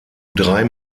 drei